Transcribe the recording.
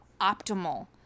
optimal